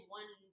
one